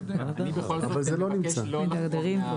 אני בכל זאת מבקש לא לחרוג.